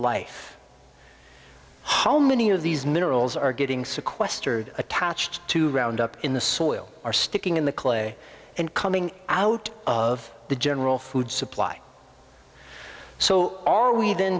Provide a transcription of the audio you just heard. life how many of these minerals are getting sequestered attached to round up in the soil are sticking in the clay and coming out of the general food supply so are we then